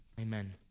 amen